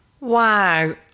Wow